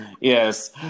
Yes